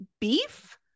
beef